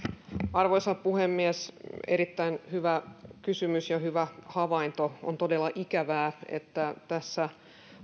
arvoisa puhemies erittäin hyvä kysymys ja hyvä havainto on todella ikävää että tässä